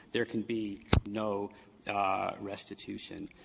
there can be no restitution.